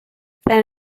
then